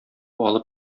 алып